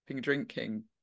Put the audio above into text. drinking